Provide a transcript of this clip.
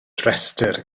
restr